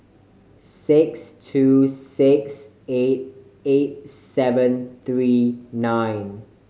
six two six eight eight seven three nine